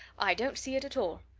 i don't see it at all.